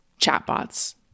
chatbots